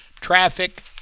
traffic